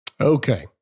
Okay